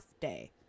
day